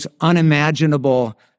unimaginable